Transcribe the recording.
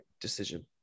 decision